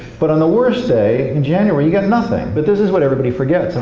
but on the worst day, in january, you've got nothing. but this is what everybody forgets. and